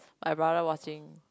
my brother watching